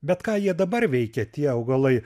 bet ką jie dabar veikia tie augalai